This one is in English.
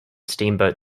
steamboat